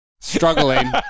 struggling